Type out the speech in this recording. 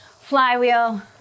flywheel